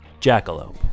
Jackalope